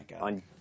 on